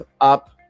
up